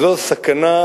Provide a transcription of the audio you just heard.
זאת סכנת